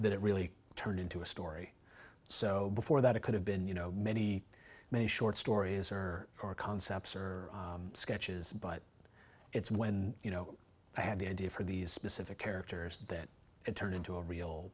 that it really turned into a story so before that it could have been you know many many short stories or or concepts or sketches but it's when you know i had the idea for these specific characters and then it turned into a real